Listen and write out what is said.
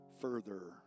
further